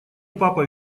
папа